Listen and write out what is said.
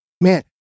Man